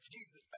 Jesus